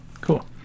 cool